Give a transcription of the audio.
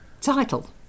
title